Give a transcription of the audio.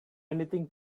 anything